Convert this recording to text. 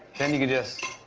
then you can just.